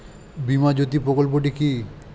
বীমা জ্যোতি প্রকল্পটি কি?